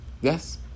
Yes